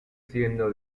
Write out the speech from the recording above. siendo